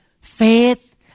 faith